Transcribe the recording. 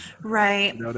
right